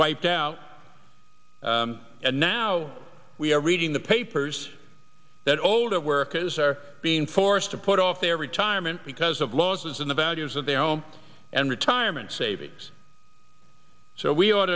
wiped out and now we are reading the papers that older workers are being forced to put off their retirement because of losses in the values of their own and retirement savings so we ought